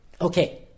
Okay